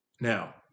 now